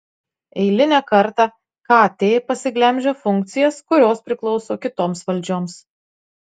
eilinę kartą kt pasiglemžia funkcijas kurios priklauso kitoms valdžioms